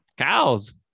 cows